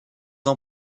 ans